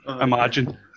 Imagine